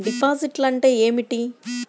డిపాజిట్లు అంటే ఏమిటి?